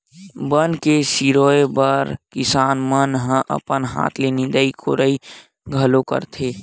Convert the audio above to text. बन के सिरोय बर किसान मन ह अपन हाथ म निंदई कोड़ई घलो करथे